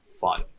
fun